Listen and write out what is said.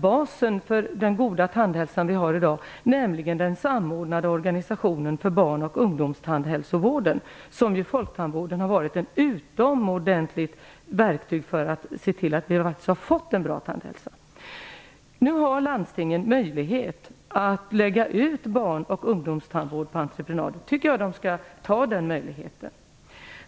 basen för den goda tandhälsan i dag, nämligen den samordnade organisationen för barn och ungdomstandhälsovården. Folktandvården har varit ett utomordentligt verktyg för att se till att vi har fått en så bra tandhälsa. Nu har landstingen möjlighet att lägga ut barn och ungdomstandvården på entreprenad. Jag tycker att de skall ta den möjligheten.